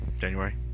January